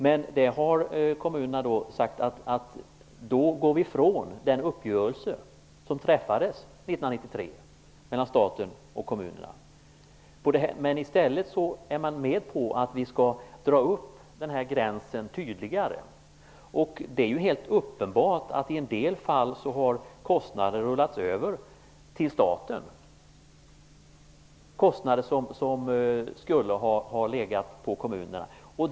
Kommunerna har emellertid sagt att vi i så fall går ifrån den uppgörelse som träffades 1993 mellan staten och kommunerna. Däremot är man med på att en tydligare gräns dras. Det är helt uppenbart att i en del fall har kostnader rullats över till staten. Det gäller då kostnader som skulle ha legat på kommunerna.